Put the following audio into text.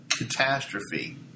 Catastrophe